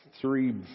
three